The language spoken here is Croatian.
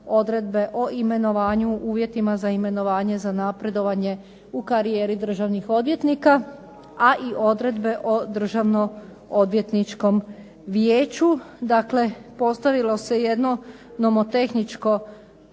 odredbe o imenovanju, uvjetima za imenovanje za napredovanje u karijeri državnih odvjetnika, a i odredbe o Državno odvjetničkom vijeću. Dakle, postavilo se jedno nomotehničko